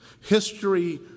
History